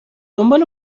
دنبال